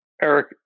Eric